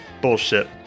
bullshit